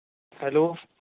hello